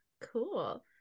cool